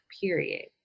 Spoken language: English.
period